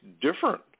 different